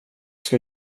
ska